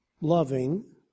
loving